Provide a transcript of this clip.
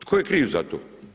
Tko je kriv za to?